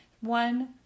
One